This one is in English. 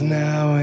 now